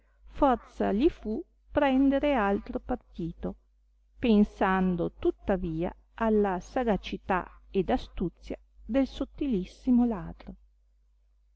forza li fu prendere altro partito pensando tuttavia alla sagacità ed astuzia del sottilissimo ladro